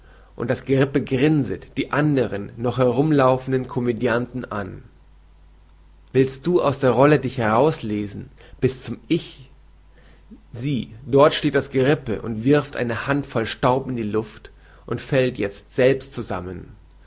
und das gerippe grinset die anderen noch herumlaufenden komödianten an willst du aus der rolle dich herauslesen bis zum ich sieh dort steht das gerippe und wirft eine handvoll staub in die luft und fällt jezt selbst zusammen